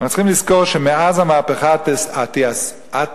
צריך לזכור שמאז המהפכה התעשייתית,